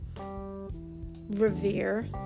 Revere